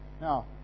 Now